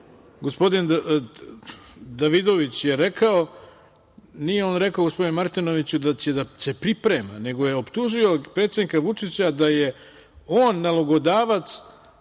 Gospodin Davidović je rekao - nije on rekao gospodinu Martinoviću da će da se priprema, nego je optužio predsednika Vučića da je on nalogodavac